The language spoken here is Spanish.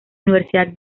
universidad